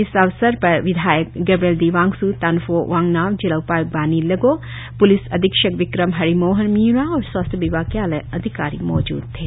इस अवसर पर विधायक गेब्रियल डी वांगस् तानफो वांगनाव जिला उपाय्क्त बानी लेगों प्लिस अधीक्षक विक्रम हरिमोहन मीणा और स्वास्थ्य विभाग के आला अधिकारी मौजूद थे